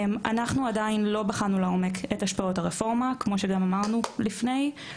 אנחנו עדיין לא בחנו לעומק את השפעות הרפורמה כמו שגם אמרנו לפני,